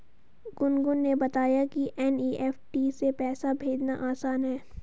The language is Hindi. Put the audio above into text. गुनगुन ने बताया कि एन.ई.एफ़.टी से पैसा भेजना आसान है